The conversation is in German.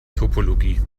topologie